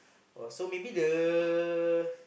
oh so maybe the